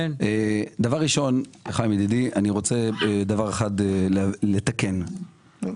דרישה או תהליך כלשהו שמדבר על היתר בנייה